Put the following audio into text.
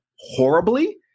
horribly